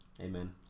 Amen